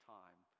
time